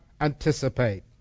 anticipate